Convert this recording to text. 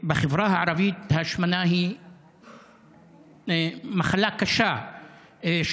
בחברה הערבית השמנה היא מחלה קשה,